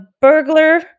burglar